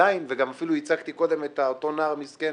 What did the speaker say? ואפילו ייצגתי קודם את אותו נער מסכן.